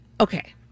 Okay